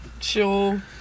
sure